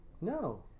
No